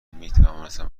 میتوانستم